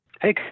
Hey